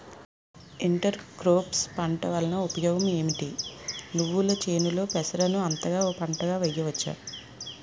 Inter crops పంట వలన ఉపయోగం ఏమిటి? నువ్వుల చేనులో పెసరను అంతర పంటగా వేయవచ్చా?